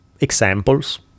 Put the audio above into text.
examples